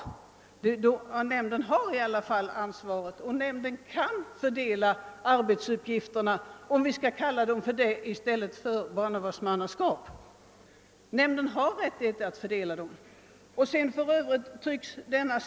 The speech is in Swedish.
Barnavårdsnämnden har ändå ansvaret och kan fördela arbetsuppgifterna, d.v.s. barnavårdsmannaskapen. Nämnden har alltså rätt att göra en sådan fördelning.